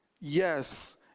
Yes